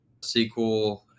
SQL